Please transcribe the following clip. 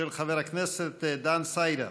של חבר הכנסת דן סידה.